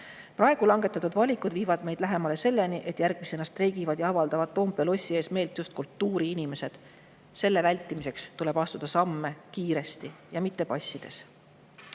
Praegu langetatud valikud viivad meid selleni, et järgmisena streigivad ja avaldavad Toompea lossi ees meelt just kultuuriinimesed. Selle vältimiseks tuleb astuda samme kiiresti ja mitte passida.